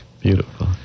beautiful